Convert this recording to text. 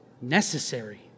necessary